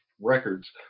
records